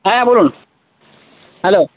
হ্যাঁ বলুন হ্যালো